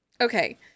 okay